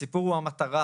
הסיפור הוא המטרה